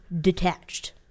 detached